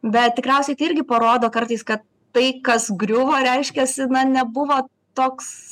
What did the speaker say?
bet tikriausiai tai irgi parodo kartais kad tai kas griuvo reiškiasi na nebuvo toks